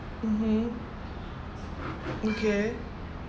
mmhmm okay